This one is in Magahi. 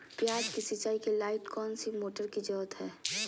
प्याज की सिंचाई के लाइट कौन सी मोटर की जरूरत है?